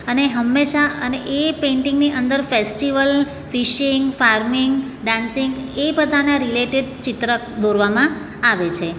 અને હંમેશા અને એ પેઈન્ટીંગની અંદર ફેસ્ટિવલ ફિશિંગ ફાર્મિંગ ડાન્સિંગ એ બધાના રિલેટેડ ચિત્ર દોરવામાં આવે છે